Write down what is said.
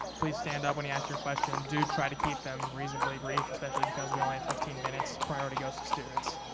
please stand up when you ask your question. do try to keep them reasonably brief, especially because we only have fifteen minutes, priority goes to students.